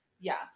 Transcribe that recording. Yes